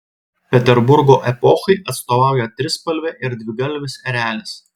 peterburgo epochai atstovauja trispalvė ir dvigalvis erelis